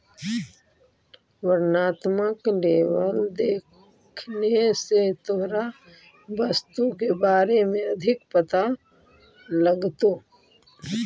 वर्णात्मक लेबल देखने से तोहरा वस्तु के बारे में अधिक पता लगतो